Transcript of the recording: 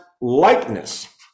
likeness